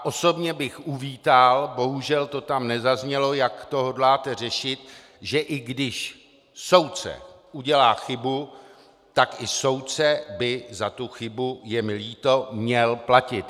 osobně bych uvítal bohužel to tam nezaznělo jak hodláte řešit fakt, že když soudce udělá chybu, tak i soudce by za tu chybu, je mi líto, měl platit.